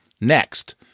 Next